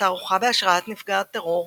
בתערוכה בהשראת נפגעת טרור,